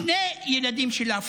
שני ילדים שלה,